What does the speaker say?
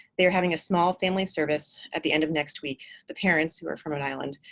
they're having a small family service at the end of next week. the parents, who are from rhode island,